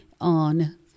on